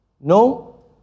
no